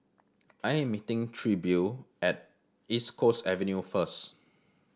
I am meeting Trilby at East Coast Avenue first